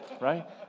right